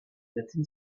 within